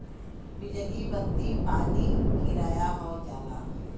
बिजली बत्ती पानी किराया हो जाला